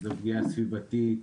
פגיעה סביבתית.